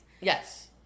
Yes